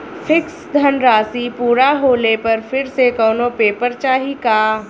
Fix धनराशी पूरा होले पर फिर से कौनो पेपर चाही का?